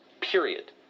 period